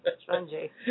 spongy